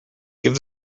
give